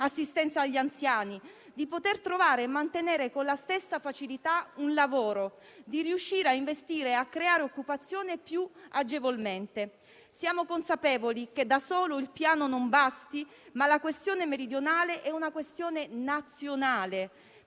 assistenza agli anziani), di poter trovare e mantenere con la stessa facilità un lavoro, di riuscire a investire e a creare occupazione più agevolmente. Siamo consapevoli che da solo il Piano non basta, ma la questione meridionale è nazionale